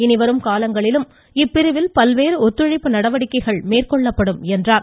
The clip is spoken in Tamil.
இனிவரும் காலங்களிலும் இப்பிரிவில் பல்வேறு ஒத்துழைப்பு நடவடிக்கைகள் மேற்கொள்ளப்படும் என்றார்